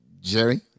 Jerry